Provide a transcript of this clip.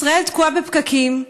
ישראל תקועה בפקקים,